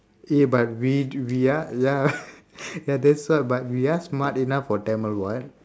eh but we we are ah ya ya that's why but we are smart enough for tamil [what]